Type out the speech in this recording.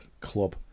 club